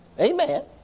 Amen